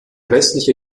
westliche